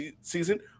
season